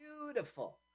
Beautiful